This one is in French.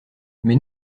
mais